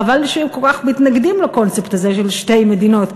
חבל שהם כל כך מתנגדים לקונספט הזה של שתי מדינות,